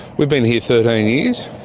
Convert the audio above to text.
we've been here thirteen years,